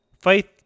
faith